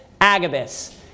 Agabus